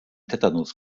tetanus